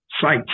sites